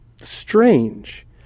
strange